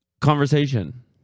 conversation